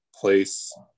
place